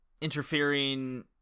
interfering